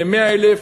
ל-100,000,